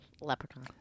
Leprechaun